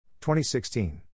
2016